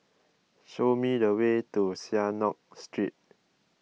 show me the way to Synagogue Street